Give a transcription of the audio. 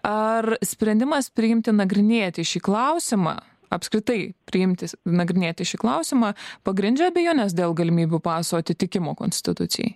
ar sprendimas priimti nagrinėti šį klausimą apskritai priimti nagrinėti šį klausimą pagrindžia abejones dėl galimybių paso atitikimo konstitucijai